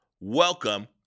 Welcome